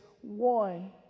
one